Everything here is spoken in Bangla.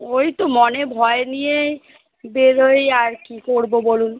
ওই তো মনে ভয় নিয়ে বেরোই আর কী করবো বলুন